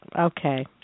Okay